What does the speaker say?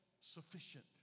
sufficient